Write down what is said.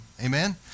amen